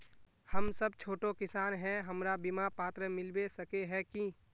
हम सब छोटो किसान है हमरा बिमा पात्र मिलबे सके है की?